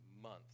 month